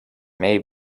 may